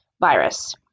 virus